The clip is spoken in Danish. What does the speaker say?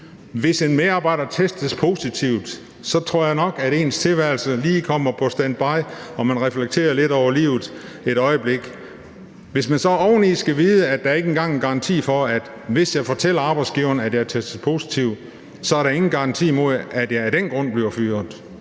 Hvis en medarbejder testes positiv, tror jeg nok, at vedkommendes tilværelse lige kommer på standby, at man reflekterer lidt over livet et øjeblik. Og så skal man ovenikøbet vide, at der ikke engang, hvis man fortæller arbejdsgiveren, at man er testet positiv, er en garanti mod, at man af den grund bliver fyret.